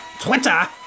Twitter